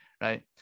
right